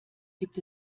gibt